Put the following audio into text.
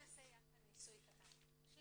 מירה קידר, בבקשה.